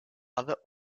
other